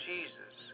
Jesus